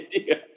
idea